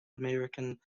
american